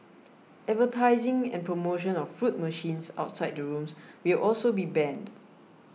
advertising and promotion of fruit machines outside the rooms will also be banned